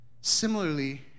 Similarly